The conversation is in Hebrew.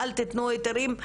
אל תיתנו היתרים,